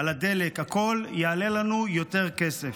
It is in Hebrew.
על הדלק, הכול יעלה לנו יותר כסף.